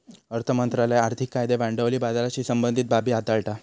अर्थ मंत्रालय आर्थिक कायदे भांडवली बाजाराशी संबंधीत बाबी हाताळता